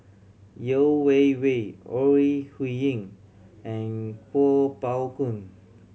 Yeo Wei Wei Ore Huiying and Kuo Pao Kun